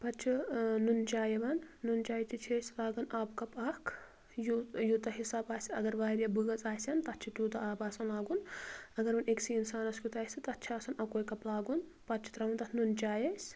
پتہٕ چھُ ٲں نُن چاے یِوان نُن چاے تہِ چھِ أسۍ لاگان آبہٕ کپ اکھ یوٗتاہ حِساب آسہِ اگر واریاہ بٲژ آسیٚن تتھ چھُ تیٛوٗتاہ آب آسان لاگُن اگر وۄنۍ اکسی اِنسانس کیٛت آسہِ تہٕ تتھ چھُ آسان اَکوے کپ لاگُن پتہٕ چھِ ترٛاوٕنۍ تتھ نُن چاے أسۍ